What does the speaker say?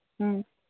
ꯎꯝ